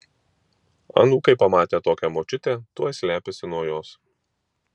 anūkai pamatę tokią močiutę tuoj slepiasi nuo jos